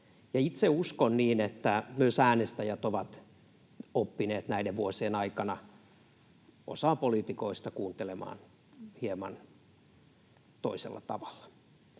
Itse uskon niin, että myös äänestäjät ovat oppineet näiden vuosien aikana osaa poliitikoista kuuntelemaan hieman toisella tavalla.